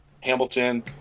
Hamilton